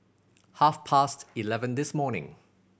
half past eleven this morning